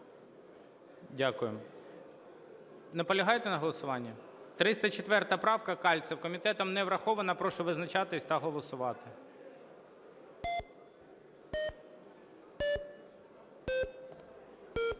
Дякую. Наполягаєте на голосуванні? 304 правка, Кальцев. Комітетом не врахована. Прошу визначатись та голосувати.